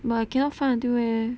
but I cannot find until eh